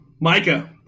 Micah